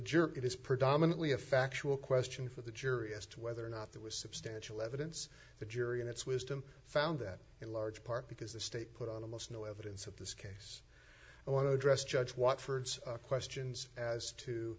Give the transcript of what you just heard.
it is predominantly a factual question for the jury as to whether or not there was substantial evidence the jury in its wisdom found that in large part because the state put on almost no evidence of this case i want to address judge watt for questions as to